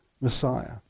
Messiah